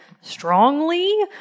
strongly